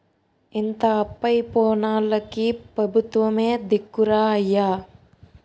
ఇంత అప్పయి పోనోల్లకి పెబుత్వమే దిక్కురా అయ్యా